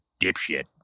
dipshit